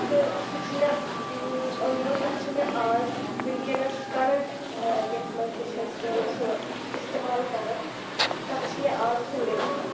تہٕ سُہ چھُ مےٚ اوٚنمُت تَتھ چھِ مےٚ اَز وُنکٮ۪نَس کَرَنٛٹ یَتھ منٛز تہِ چھَس بہٕ یہِ سۄ اِستعمال کَران تَتھ چھِ مےٚ اَز ژوٗرِم ؤری